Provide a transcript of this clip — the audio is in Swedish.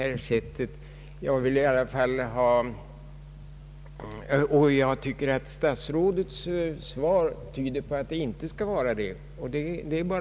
Jag tycker att statsrådets svar tyder på att han anser att kritiken är i stort sett oberättigad, vilket givetvis i och för sig är bra.